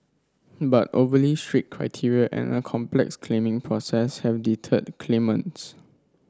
but overly strict criteria and a complex claiming process have deterred claimants